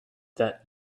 that